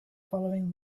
following